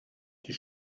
die